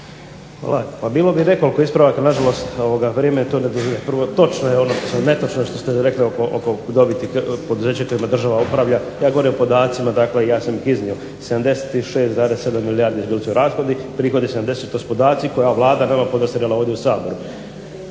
Hvala. Pa bilo bi nekoliko ispravaka, nažalost vrijeme to ne dozvoljava. Prvo, točno je ono što sam, netočno je što ste rekli oko dobiti poduzeća kojima država upravlja. Ja govorim o podacima, dakle ja sam iznio 76,7 milijardi bili su rashodi, prihodi 70. To su podaci koje je ova Vlada nama podastrijela ovdje u Saboru.